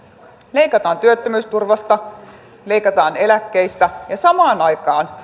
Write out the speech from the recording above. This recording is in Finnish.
leikataan työttömyysturvasta leikataan eläkkeistä ja samaan aikaan